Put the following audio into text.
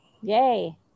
Yay